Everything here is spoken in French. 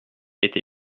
été